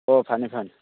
ꯑꯣ ꯐꯅꯤ ꯐꯅꯤ